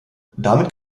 damit